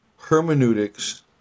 hermeneutics